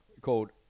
called